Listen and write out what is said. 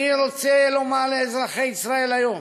אני רוצה לומר לאזרחי ישראל היום: